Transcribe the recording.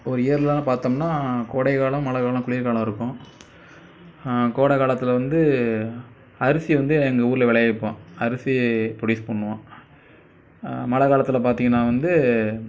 ஒரு இயர்லலாம் பார்த்தோம்னா கோடைக்காலம் மழைக்காலம் குளிர்காலம் இருக்கும் கோடைக்காலத்தில் வந்து அரிசி வந்து எங்கள் ஊரில் விளையவிப்போம் அரிசி புரொடியூஸ் பண்ணுவோம் மழைக்காலத்தில் பார்த்திங்கன்னா வந்து